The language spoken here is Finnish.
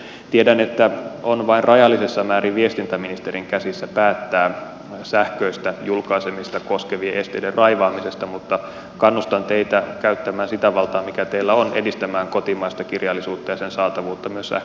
tiedän että on vain rajallisessa määrin viestintäministerin käsissä päättää sähköistä julkaisemista koskevien esteiden raivaamisesta mutta kannustan teitä käyttämään sitä valtaa mikä teillä on edistämään kotimaista kirjallisuutta ja sen saatavuutta myös sähköisessä muodossa